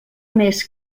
més